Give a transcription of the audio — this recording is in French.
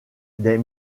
des